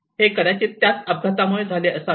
हे कदाचित त्याच अपघातामुळे झाले असावे